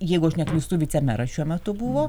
jeigu aš neklystu vicemeras šiuo metu buvo